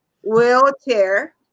wheelchair